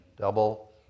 double